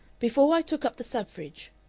before i took up the suffrage,